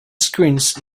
screens